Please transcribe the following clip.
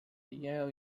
yale